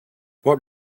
what